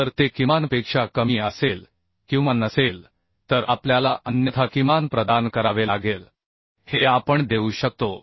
जर ते किमानपेक्षा कमी असेल किंवा नसेल तर आपल्याला अन्यथा किमान प्रदान करावे लागेल हे आपण देऊ शकतो